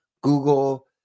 Google